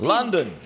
London